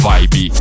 Vibe